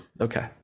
Okay